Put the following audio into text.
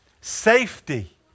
Safety